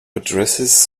addresses